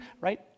right